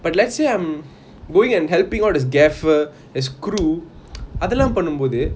but let's say I'm going and helping all these gaffer his crew அதுலாம் பண்ணும் போது:athulam panum bothu